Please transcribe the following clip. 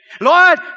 Lord